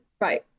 right